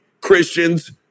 Christians